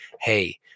hey